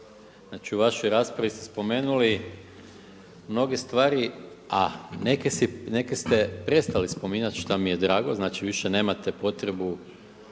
u vašoj raspravi ste spomenuli mnoge stvari a neke ste prestali spominjati što mi je drago, znači više nemate potrebu